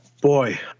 Boy